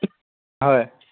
হয়